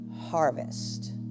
harvest